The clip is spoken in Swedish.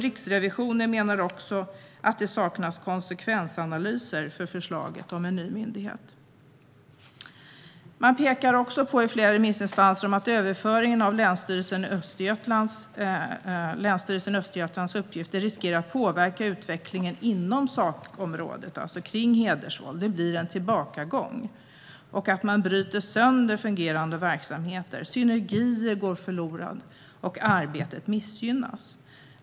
Riksrevisionen menar också att det saknas konsekvensanalyser för förslaget om en ny myndighet. Flera remissinstanser pekar också på att överföring av länsstyrelsen i Östergötlands uppgifter riskerar att påverka utvecklingen inom sakområdet - det handlar alltså om hedersvåld. Det blir en tillbakagång, och man bryter sönder fungerande verksamheter. Synergier går förlorade, och arbetet missgynnas.